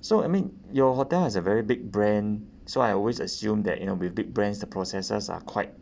so I mean your hotel has a very big brand so I always assumed that you know with big brands the processes are quite